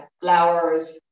flowers